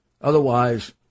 Otherwise